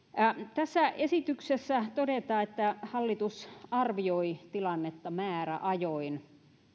tässä esityksessä todetaan että hallitus arvioi tilannetta määräajoin